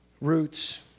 Roots